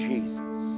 Jesus